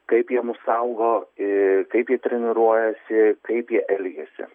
kaip jie mus saugo ir kaip jie treniruojasi kaip jie elgiasi